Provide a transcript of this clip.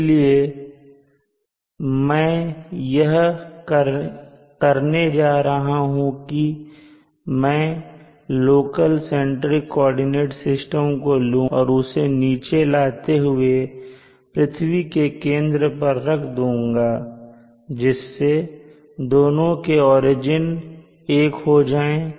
इसलिए अब मैं यह करने जा रहा हूं कि मैं लोकल सेंट्रिक कोऑर्डिनेट सिस्टम को लूँगा और उसे नीचे लाते हुए पृथ्वी के केंद्र पर रख दूँगा जिससे दोनों के ओरिजिन एक हो जाएं